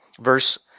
Verse